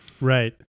Right